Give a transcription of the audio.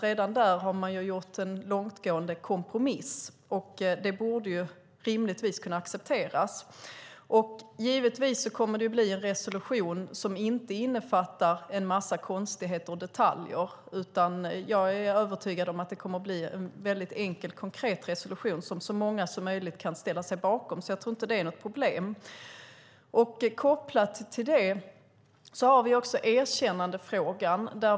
Redan där har man gjort en långtgående kompromiss, så det borde rimligtvis kunna accepteras. Givetvis kommer det att bli en resolution som inte innefattar en massa konstigheter och detaljer. Jag är övertygad om att det kommer att bli en väldigt enkel och konkret resolution som så många som möjligt kan ställa sig bakom, så jag tror inte att det är något problem. Kopplat till det har vi också erkännandefrågan.